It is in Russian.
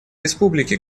республики